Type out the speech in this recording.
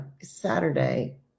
Saturday